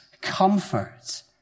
comfort